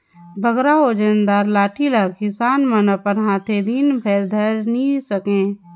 बगरा ओजन दार लाठी ल किसान मन अपन हाथे दिन भेर धइर रहें नी सके